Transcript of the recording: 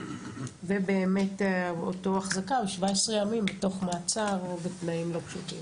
ובאמת אותו החזקה 17 ימים בתוך מעצר בתנאים לא פשוטים.